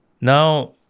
Now